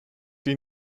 die